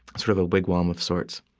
sort of a wigwam of sorts,